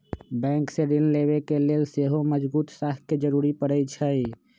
bank से ऋण लेबे के लेल सेहो मजगुत साख के जरूरी परै छइ